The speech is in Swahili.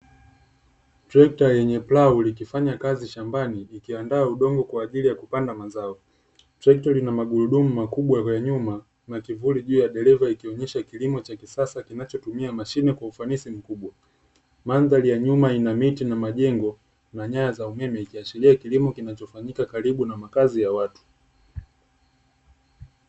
Trekta yenye plau, likifanya kazi shambani, ikiandaa udongo kwa ajili ya kupanda mazao, trekta lina magurudumu makubwa kwa nyuma na kivuli juu ya dereva, ikionyesha kilimo cha kisasa kinachotumia mashine kwa ufanisi mkubwa, mandhari ya nyuma ina miti na majengo na nyaya za umeme, zikiashiria kilimo kinachofanyika karibu na makazi ya watu.